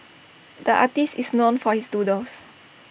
the artist is known for his doodles